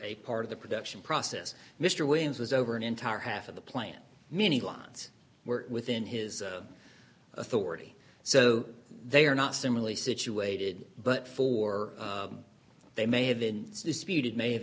a part of the production process mr williams was over an entire half of the plan many lines were within his authority so they are not similarly situated but for they may have been disputed may have